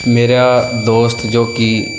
ਮੇਰਾ ਦੋਸਤ ਜੋ ਕਿ